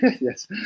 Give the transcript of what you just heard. yes